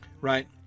right